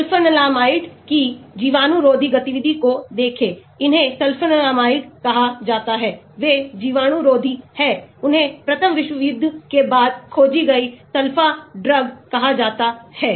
sulphanilamides की जीवाणुरोधी गतिविधि को देखें इन्हें सल्फानिलमाइड्स कहा जाता है वे जीवाणुरोधी हैं उन्हें प्रथम विश्व युद्ध के बाद खोजी गई sulpha ड्रग्स कहा जाता है